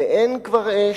ואין כבר אש,